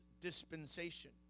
dispensation